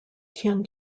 tien